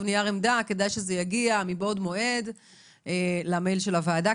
נייר עמדה כדאי שזה יגיע מבעוד מועד למייל של הוועדה,